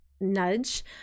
nudge